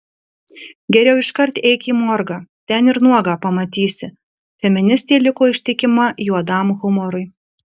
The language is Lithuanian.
geriau iškart eik į morgą ten ir nuogą pamatysi feministė liko ištikima juodam humorui